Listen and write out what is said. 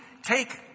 take